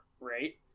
right